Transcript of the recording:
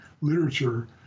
literature